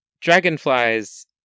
dragonflies